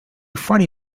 funny